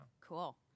Cool